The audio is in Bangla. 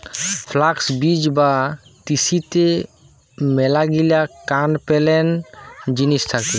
ফ্লাক্স বীজ বা তিসিতে মেলাগিলা কান পেলেন জিনিস থাকে